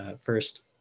first